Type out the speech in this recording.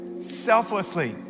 selflessly